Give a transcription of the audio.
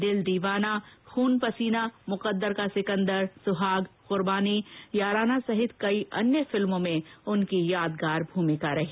दिल दीवाना खून पसीना मुकद्दर का सिकद्दर सुहाग कुर्बानी याराना सहित कई अन्य फिल्मों में उनकी यादगार भूमिका रही